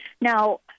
Now